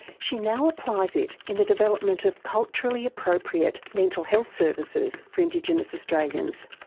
she now applies it in the development of culturally appropriate mental health services for indigenous australians.